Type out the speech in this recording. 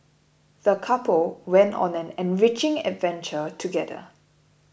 the couple went on an enriching adventure together